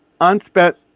unspent